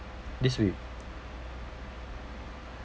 this way